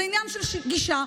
זה עניין של גישה.